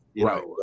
Right